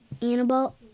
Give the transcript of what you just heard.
Annabelle